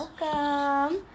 Welcome